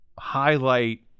highlight